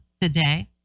today